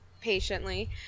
patiently